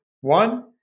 One